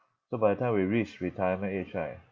so by the time we reach retirement age right